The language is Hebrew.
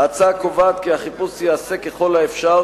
ההצעה קובעת כי החיפוש ייעשה ככל האפשר